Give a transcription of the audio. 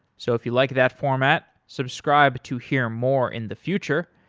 so if you like that format, subscribe to hear more in the future.